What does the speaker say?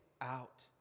out